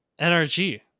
NRG